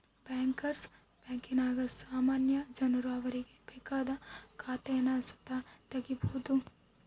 bankers ಬ್ಯಾಂಕಿನಾಗ ಸಾಮಾನ್ಯ ಜನರು ಅವರಿಗೆ ಬೇಕಾದ ಖಾತೇನ ಸುತ ತಗೀಬೋದು